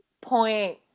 point